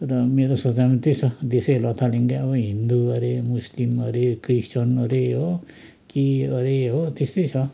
र मेरो सोचाइमा त्यही छ देशै लथालिङ्गै अब हिन्दू अरे मुस्लिम अरे क्रिस्तान अरे हो के अरे हो त्यस्तै छ